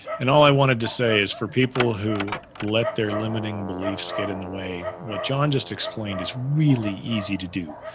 and all i wanted to say is for people who let their limiting beliefs get in the way, what john just explained is really easy to do.